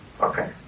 Okay